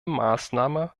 maßnahme